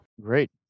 Great